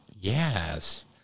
Yes